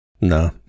No